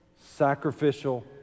sacrificial